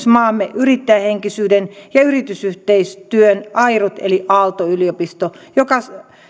maamme yrittäjähenkisyyden ja yritysyhteistyön airut eli aalto yliopisto joka